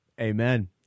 Amen